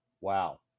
Wow